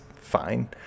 fine